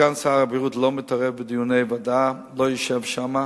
סגן שר הבריאות לא מתערב בדיוני הוועדה ולא יושב שם.